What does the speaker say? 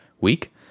week